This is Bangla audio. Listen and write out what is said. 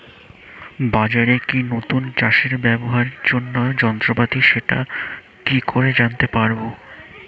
বাজারে কি নতুন চাষে ব্যবহারের জন্য যন্ত্রপাতি সেটা কি করে জানতে পারব?